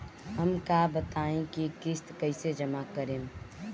हम का बताई की किस्त कईसे जमा करेम?